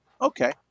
Okay